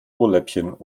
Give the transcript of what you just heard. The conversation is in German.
ohrläppchen